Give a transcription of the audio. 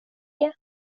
det